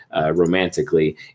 romantically